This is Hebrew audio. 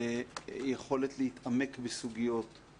יכולת להתעמק בסוגיות,